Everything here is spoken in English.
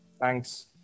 Thanks